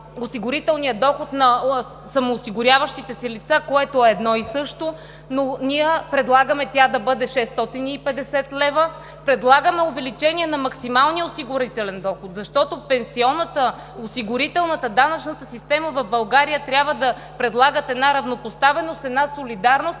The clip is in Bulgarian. осигурителния доход на самоосигуряващите се лица, което е едно и също, но ние предлагаме тя да бъде 650 лв. Предлагаме увеличение на максималния осигурителен доход, защото пенсионната, осигурителната, данъчната система в България трябва да предлагат една равнопоставеност, една солидарност,